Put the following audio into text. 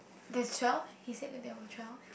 there's twelve he said that there was twelve